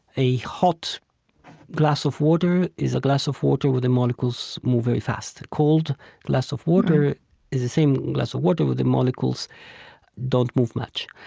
a hot glass of water is a glass of water where the molecules move very fast, a cold glass of water is the same glass of water where the molecules don't move much.